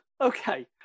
Okay